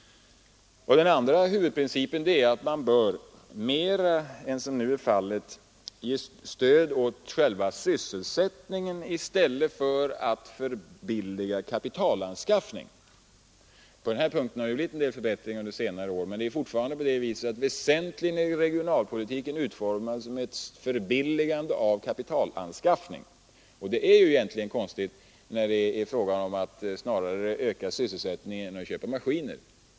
Den andra huvudprincipen är att man bör mera än som nu är fallet ge stöd åt själva sysselsättningen i stället för att förbilliga kapitalanskaffningen. På den här punkten har det blivit en del förbättringar under senare år, men det är fortfarande på det viset att regionalpolitiken väsentligen är utformad som ett förbilligande av kapitalanskaffningen. Detta är egentligen konstigt, när det snarare är fråga om att öka sysselsättningen än om att köpa maskiner.